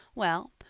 well,